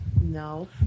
No